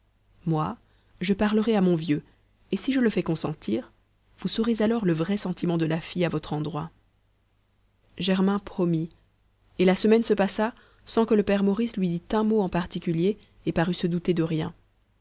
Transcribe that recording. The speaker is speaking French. moi je parlerai à mon vieux et si je le fais consentir vous saurez alors le vrai sentiment de la fille à votre endroit germain promit et la semaine se passa sans que le père maurice lui dît un mot en particulier et parût se douter de rien